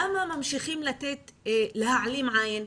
למה ממשיכים להעלים עין?